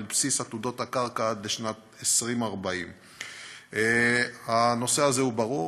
על בסיס עתודות קרקע עד לשנת 2040. הנושא הזה הוא ברור,